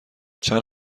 چند